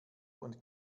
und